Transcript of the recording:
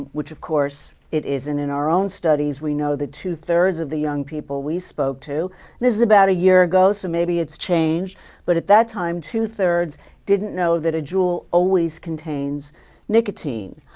which, of course, it isn't. in our own studies, we know that two thirds of the young people we spoke to and this is about a year ago, so maybe it's changed but at that time, two thirds didn't know that a juul always contains nicotine.